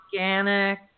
organic